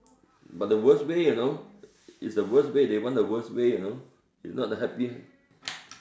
but the worse way you know it's the worse way they want the worse way you know it's not the happiest